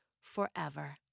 forever